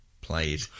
played